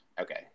Okay